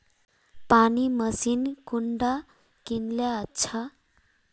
पानी मशीन कुंडा किनले अच्छा?